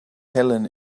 helen